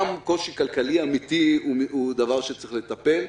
גם קושי כלכלי אמיתי הוא דבר שצריך לטפל בו.